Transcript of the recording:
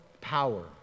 power